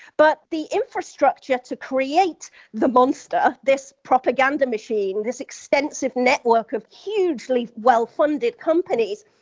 but the infrastructure to create the monster, this propaganda machine and this extensive network of hugely well-funded companies,